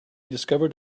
discovered